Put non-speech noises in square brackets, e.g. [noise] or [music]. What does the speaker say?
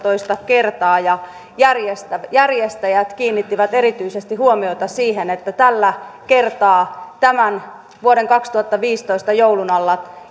kertaa ja järjestäjät järjestäjät kiinnittivät erityisesti huomiota siihen että tällä kertaa tämän vuoden kaksituhattaviisitoista joulun alla [unintelligible]